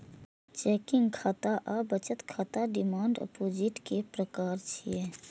checking खाता आ बचत खाता डिमांड डिपोजिट के प्रकार छियै